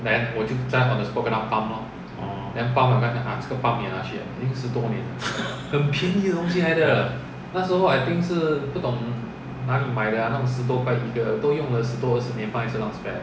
orh ya